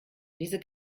diese